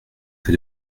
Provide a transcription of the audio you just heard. que